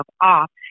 off